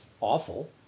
awful